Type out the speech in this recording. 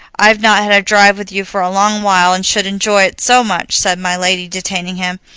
i've not had a drive with you for a long while, and should enjoy it so much, said my lady, detaining him.